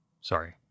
Sorry